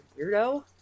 Weirdo